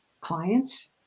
clients